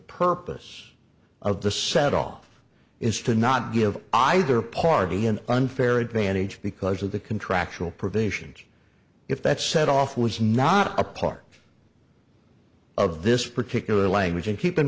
purpose of the set off is to not give either party an unfair advantage because of the contractual provisions if that set off was not a part of this particular language and keep in